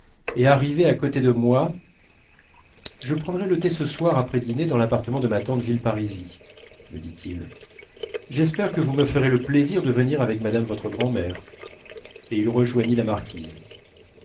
et arrivé à côté de moi je prendrai le thé ce soir après dîner dans l'appartement de ma tante villeparisis me dit-il j'espère que vous me ferez le plaisir de venir avec madame votre grand'mère et il rejoignit la marquise